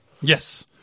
Yes